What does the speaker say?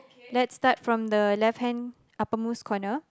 let's start from the left hand uppermost corner